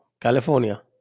California